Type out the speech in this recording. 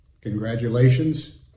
congratulations